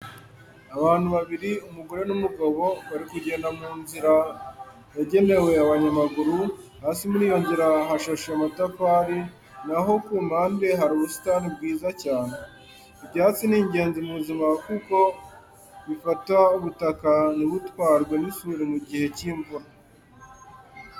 Abantu babiri, umugore n'umugabo bari kugenda mu nzira yagenewe abanyamaguru, hasi muri iyo nzira hashashe amatafari na ho ku mpande hari ubusitani bwiza cyane. Ibyatsi ni ingenzi mu buzima kuko bifata ubutaka ntibutwarwe n'isuri mu gihe cy'imvura.